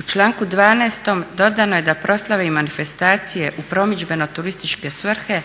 U članku 12.dodano je da proslave i manifestacije u promidžbeno-turističke svrhe